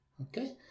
okay